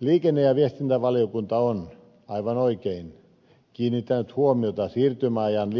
liikenne ja viestintävaliokunta on aivan oikein kiinnittänyt huomiota siirtymäajan